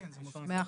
כן.